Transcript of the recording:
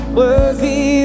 worthy